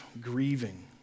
grieving